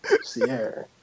Sierra